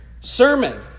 Sermon